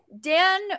Dan